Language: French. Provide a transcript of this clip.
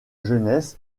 jeunesse